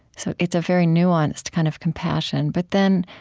so it's a very nuanced kind of compassion. but then,